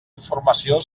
informació